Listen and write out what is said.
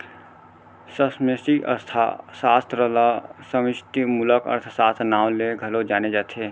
समस्टि अर्थसास्त्र ल समस्टि मूलक अर्थसास्त्र, नांव ले घलौ जाने जाथे